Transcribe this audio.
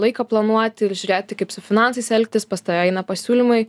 laiką planuoti ir žiūrėti kaip su finansais elgtis pas tave eina pasiūlymai